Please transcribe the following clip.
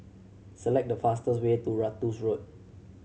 select the fastest way to Ratus Road